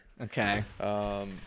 okay